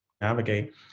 navigate